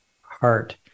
heart